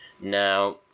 Now